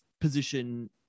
position